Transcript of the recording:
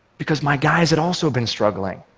because my guys had also been struggling.